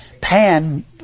Pan